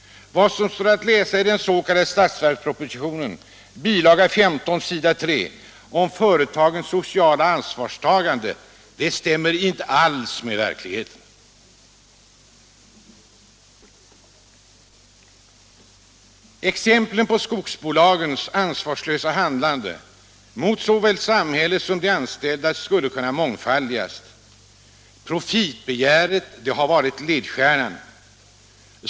Vad som står att läsa i budgetpropositionen bil. 15 s. 3 om företagens ”sociala ansvarstagande” stämmer inte med verkligheten. Exemplen på skogsbolagens ansvarslösa handlande mot såväl samhället som de anställda skulle kunna mångfaldigas. Profitbegäret har varit ledstjärna.